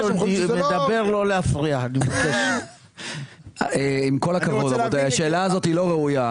עם כל הכבוד, השאלה הזו לא ראויה.